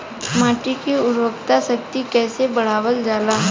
माटी के उर्वता शक्ति कइसे बढ़ावल जाला?